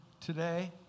today